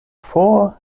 for